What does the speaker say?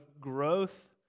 growth